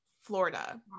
Florida